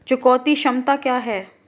चुकौती क्षमता क्या है?